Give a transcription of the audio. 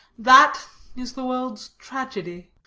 that is the world's tragedy.